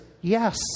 yes